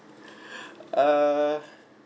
err